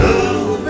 Love